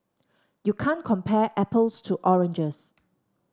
you can't compare apples to oranges